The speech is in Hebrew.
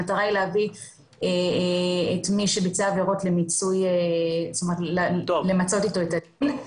המטרה היא להביא את מי שביצע עבירות למיצוי מהיר של הדין,